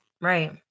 Right